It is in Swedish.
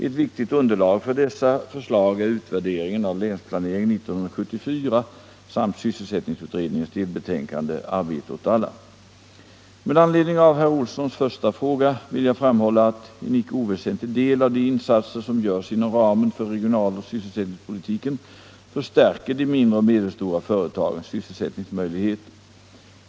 Ett viktigt underlag för dessa förslag är utvärderingen av Länsplanering 1974 samt sysselsättningsutredningens delbetänkande Arbete åt alla. Med anledning av herr Olssons första fråga vill jag framhålla att en icke oväsentlig del av de insatser som görs inom ramen för regionaloch sysselsättningspolitiken förstärker de mindre och medelstora företagens sysselsättningsmöjligheter.